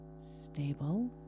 stable